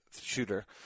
shooter